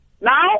now